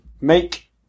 make